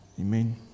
Amen